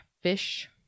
fish